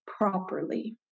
properly